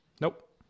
Nope